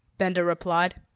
benda replied.